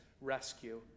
rescue